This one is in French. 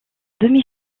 demi